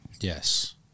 Yes